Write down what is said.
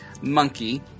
monkey